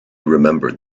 remembered